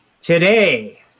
Today